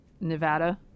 Nevada